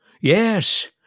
Yes